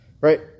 Right